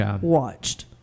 watched